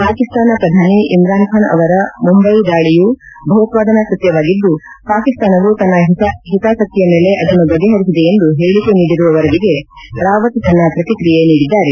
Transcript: ಪಾಕಿಸ್ತಾನ ಶ್ರಧಾನಿ ಇಮ್ರಾನ್ಬಾನ್ ಅವರ ಮುಂಬೈ ದಾಳಿಯು ಭಯೋತ್ಪಾದನಾ ಕೃತ್ವವಾಗಿದ್ದು ಪಾಕಿಸ್ತಾನವು ತನ್ನ ಹಿತಾಸಕ್ತಿಯ ಮೇಲೆ ಅದನ್ನು ಬಗೆಹರಿಸಿದೆ ಎಂದು ಹೇಳಕೆ ನೀಡಿರುವ ವರದಿಗೆ ರಾವತ್ ತನ್ನ ಪ್ರತಿಕ್ರಿಯೆ ನೀಡಿದ್ದಾರೆ